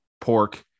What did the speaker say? pork